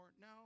No